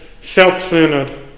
self-centered